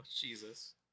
Jesus